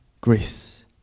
grace